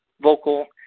vocal